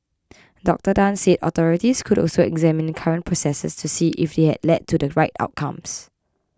Doctor Tan said authorities could also examine the current processes to see if they had led to the right outcomes